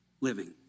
living